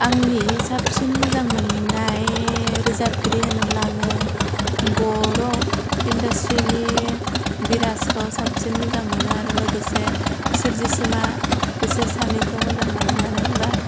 आंनि साबसिन मोजां मोन्नाय रोजाबगिरि होनोब्ला आङो बर' इनदासथ्रिनि बिराजखौ साबसिन मोजां मोनो आरो लोगोसे सोरजिसुमा बिसोर सानैखौ मोजां मोनो मानो होनोब्ला